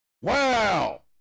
Wow